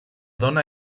dóna